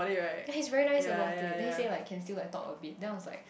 ya he's very nice about it then he say like can still like talk a bit then I was like